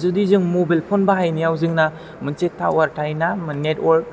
जुदि जों mobile phone बाहायनायाव जोंना मोनसे थावर थायोना नेथवर्क